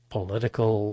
political